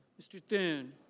mr. thune.